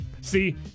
See